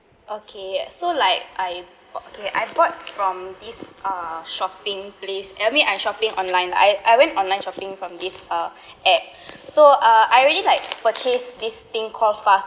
okay so like I bou~ K I bought from these uh shopping place I mean I shopping online I I went online shopping from this uh app so uh I already like purchased this thing called fast